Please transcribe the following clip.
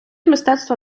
мистецтва